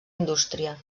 indústria